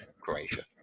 Croatia